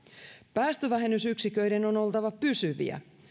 päästövähennysyksiköiden on oltava pysyviä eli